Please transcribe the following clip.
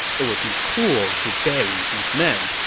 it would be cruel to bury these men.